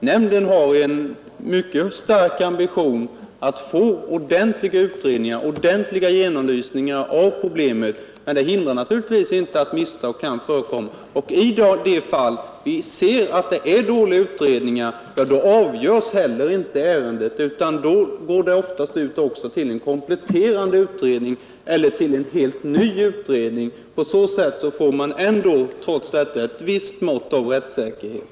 Nämnden har en mycket stark ambition att få ordentliga utredningar och genomlysningar av problemet — vilket naturligtvis inte hindrar att misstag kan förekomma. I de fall då vi ser att utredningarna är dåligt gjorda avgörs inte heller ärendet, utan då går det oftast ut till en kompletterande utredning eller till en helt ny utredning. På så sätt har man ändå ett visst mått av rättssäkerhet.